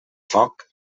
foc